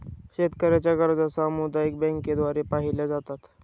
शेतकऱ्यांच्या गरजा सामुदायिक बँकांद्वारे पाहिल्या जातात